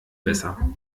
besser